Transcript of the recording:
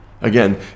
Again